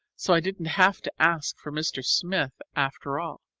so i didn't have to ask for mr. smith after all.